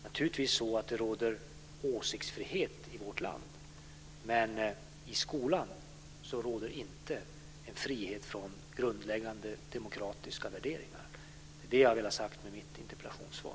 Naturligtvis är det så att det råder åsiktsfrihet i vårt land, men i skolan råder inte en frihet från grundläggande demokratiska värderingar. Det är det jag vill ha sagt med mitt interpellationssvar.